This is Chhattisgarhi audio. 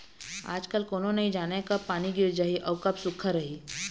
आजकाल कोनो नइ जानय कब पानी गिर जाही अउ कब सुक्खा रही